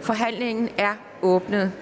Forhandlingen er åbnet.